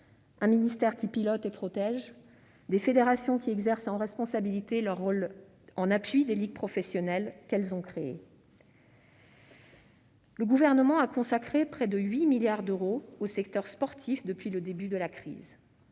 un ministère qui pilote et protège, et des fédérations qui exercent en responsabilité leur rôle en appui des ligues professionnelles qu'elles ont créées. Le Gouvernement a consacré près de 8 milliards d'euros au secteur sportif depuis le début de la crise.